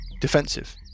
defensive